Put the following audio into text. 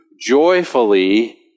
joyfully